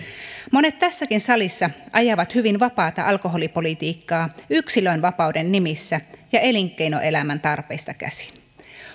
monet tässäkin salissa ajavat hyvin vapaata alkoholipolitiikkaa yksilönvapauden nimissä ja elinkeinoelämän tarpeista käsin